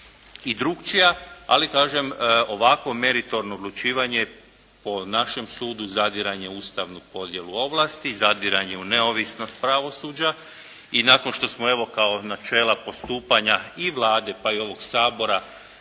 i drukčija, ali kažem ovako meritorno odlučivanje po našem sudu zadiranje u Ustavnu podjelu ovlasti, zadiranje u neovisnost pravosuđa i nakon što smo evo kao načela postupanja i Vlade pa i ovog Sabora